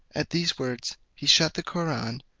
at these words he shut the koraun,